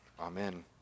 Amen